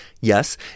Yes